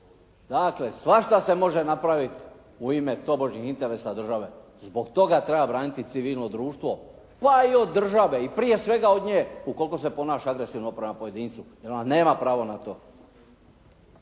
Dakle svašta se može napraviti u ime tobožnjih interesa države. Zbog toga treba braniti civilno društvo pa i od drave i prije svega od nje ukoliko se ponaša agresivno prema pojedincu jer ona nema pravo na to.